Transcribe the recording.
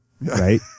right